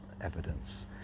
evidence